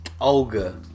Olga